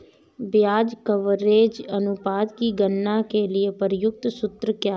ब्याज कवरेज अनुपात की गणना के लिए प्रयुक्त सूत्र क्या है?